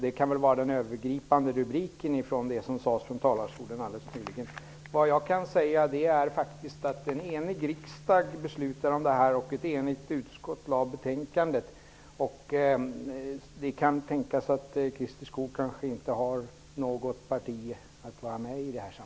Det kan väl vara den övergripande rubriken på det som sades från talarstolen alldeles nyss. En enig riksdag beslutade om detta, och ett enigt utskott lade fram betänkandet. I det här sammanhanget kan det kanske tänkas att Christer Skoog inte har något parti att vara med i.